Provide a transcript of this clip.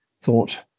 thought